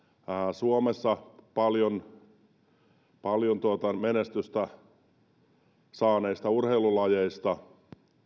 suomessa paljon paljon menestystä saaneista urheilulajeista